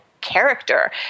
character